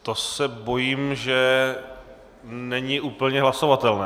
To se bojím, že tedy není úplně hlasovatelné.